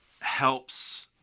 helps